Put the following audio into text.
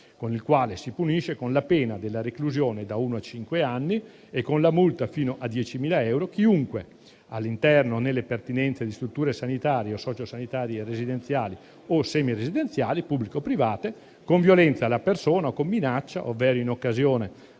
con il quale si punisce con la pena della reclusione da uno a cinque anni e con la multa fino a 10.000 euro chiunque, all'interno o nelle pertinenze di strutture sanitarie o socio-sanitarie, residenziali o semiresidenziali, pubbliche o private, con violenza alla persona o con minaccia, ovvero in occasione